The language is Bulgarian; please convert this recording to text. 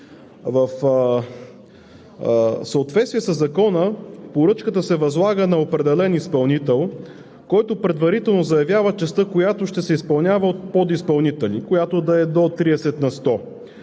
В съответствие със Закона поръчката се възлага на определен изпълнител, който предварително заявява частта, която ще се изпълнява от подизпълнители и която ще е до 30 на сто.